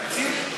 יש תקציב?